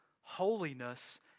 holiness